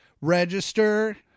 register